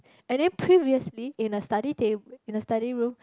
and then previously in a study tab~ in a study room